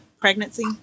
pregnancy